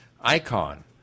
icon